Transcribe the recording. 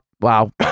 Wow